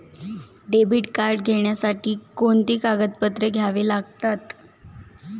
Debit card घेण्यासाठी कोणती कागदपत्रे द्यावी लागतात?